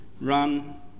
run